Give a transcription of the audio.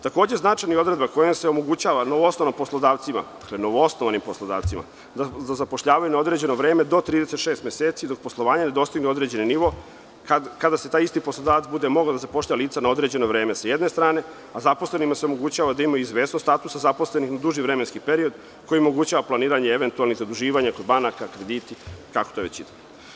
Značajna je i odredba kojom se omogućava novoosnovanim poslodavcima da zapošljavaju na određeno vreme do 36 meseci dok poslovanje ne dostigne određeni nivo, kada taj isti poslodavac bude mogao da zapošljava lica na određeno vreme, sa jedne strane, a zaposlenima se omogućava da ima izvesnost statusa zaposlenih na duži vremenski period kojim omogućava planiranje eventualnog zaduživanja kod banaka, krediti, itd.